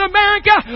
America